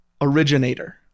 originator